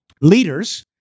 leaders